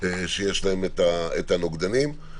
שיש להם את הנוגדנים.